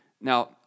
Now